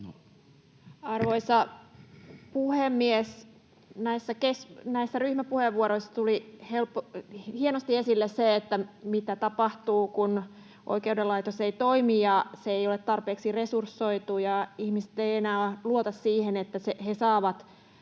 Arvoisa puhemies! Näissä ryhmäpuheenvuoroissa tuli hienosti esille se, mitä tapahtuu, kun oikeuslaitos ei toimi ja se ei ole tarpeeksi resursoitu ja ihmiset eivät enää luota siihen, että he saavat